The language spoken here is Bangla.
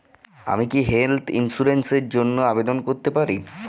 আমি কি হেল্থ ইন্সুরেন্স র জন্য আবেদন করতে পারি?